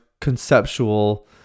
conceptual